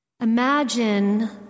Imagine